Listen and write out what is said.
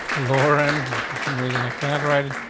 laura m. and for some reason, i cannot write it.